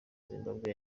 zimbabwe